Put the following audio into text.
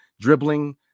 dribbling